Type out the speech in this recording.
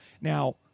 Now